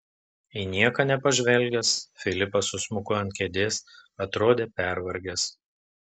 į nieką nepažvelgęs filipas susmuko ant kėdės atrodė pervargęs